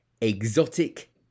Exotic